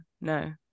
no